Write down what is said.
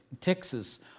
Texas